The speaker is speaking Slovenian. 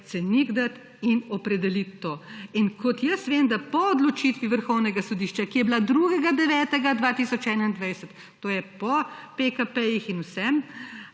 cenik dati in opredeliti to. In kot jaz vem, da po odločitvi Vrhovnega sodišča, ki je bila 2. 9. 2021, to je po PKP-jih in vsem,